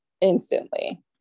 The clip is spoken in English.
instantly